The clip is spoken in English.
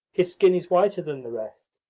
his skin is whiter than the rest,